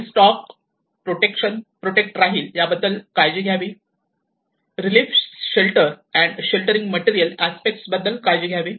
live stock protect राहील याबद्दल काळजी घ्यावी relief shelter and sheltering material aspect बद्दल काळजी घ्यावी